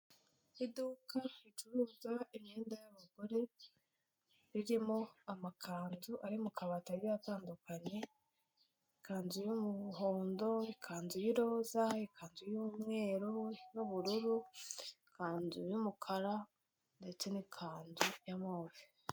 Iduka ricuruza imyenda y'abagore ririmo amakanzu ari mu kabati agiye atandukanye, ikanzu y'umuhondo, ikanzu y'iroza, ikanzu y'umweru n'ubururu, ikanzu y'umukara ndetse n'ikanzu ya move.